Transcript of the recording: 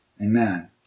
Amen